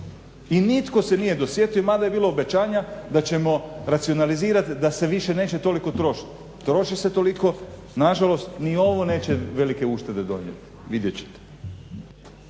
i nitko se nije dosjetio mada je bilo obećanja da ćemo racionalizirati da se više neće toliko trošiti. Troši se toliko, nažalost ni ovo neće velike uštede donijeti, vidjet ćete.